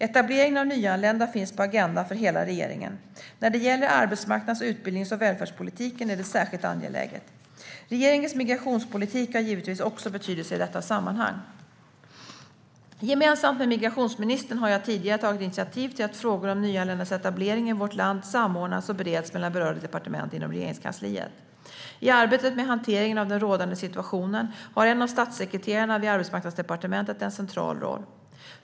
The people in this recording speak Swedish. Etableringen av nyanlända finns på agendan för hela regeringen. När det gäller arbetsmarknads, utbildnings och välfärdspolitiken är det särskilt angeläget. Regeringens migrationspolitik har givetvis också betydelse i detta sammanhang. Gemensamt med migrationsministern har jag tidigare tagit initiativ till att frågor om nyanländas etablering i vårt land samordnas och bereds mellan berörda departement inom Regeringskansliet. I arbetet med hanteringen av den rådande situationen har en av statssekreterarna vid Arbetsmarknadsdepartementet en central roll.